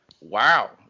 Wow